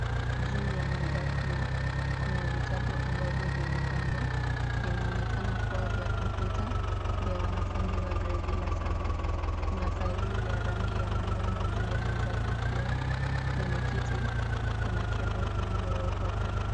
Juu ya meza hii kuna vitabu ambavyo vimepangwa, vinaonekana kuwa vya kompyuta, vya wanafunzi wa gredi la saba, kuna faili ya rangi ya manjano juu ya meza hii pia penye kiti kuna cable iliyowekwa pale.